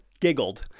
giggled